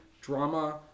drama